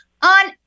on